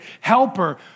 helper